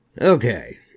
Okay